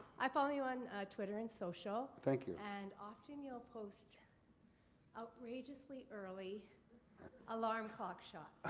i follow you on twitter and social. thank you. and often you'll post outrageously early alarm clock shots.